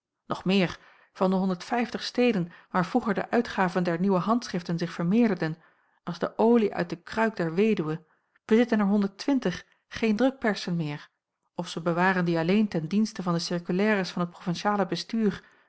nog meer van de steden waar vroeger de uitgaven der nieuwe handschriften zich vermeerderden als de olie uit de kruik der weduwe bezitten er geen drukpersen meer of zij bewaren die alleen ten dienste van de circulaires van t provinciale bestuur